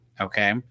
okay